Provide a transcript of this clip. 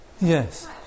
Yes